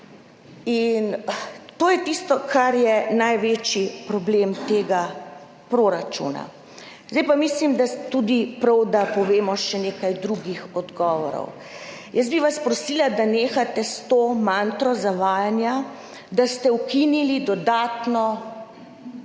in to je tisto, kar je največji problem tega proračuna. Zdaj pa mislim, da je tudi prav, da povemo še nekaj drugih odgovorov. Jaz bi vas prosila, da nehate s to mantro zavajanja, da ste ukinili dodatno